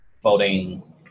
Voting